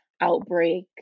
Outbreak